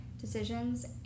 decisions